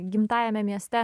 gimtajame mieste